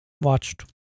Watched